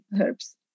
herbs